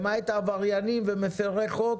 למעט לעבריינים ומפרי חוק,